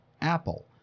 Apple